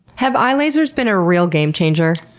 have eye lasers been a real game changer?